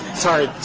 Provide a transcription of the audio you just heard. sorry,